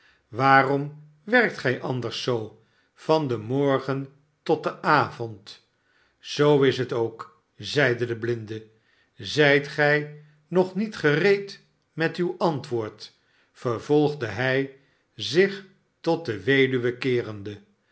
waarom werkt gij anders zoo van den morgen tot den avond zoo is het ook zeide de blinde szijtgij nog niet gereed met uw antwoord vervolgde hij zich tot de weduwe keerende